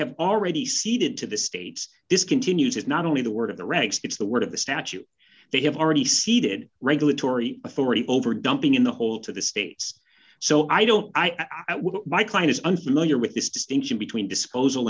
have already ceded to the states this continues it's not only the word of the regs it's the word of the statute they have already seated regulatory authority over dumping in the whole to the states so i don't i would my client is unfamiliar with this distinction between disposal